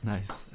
Nice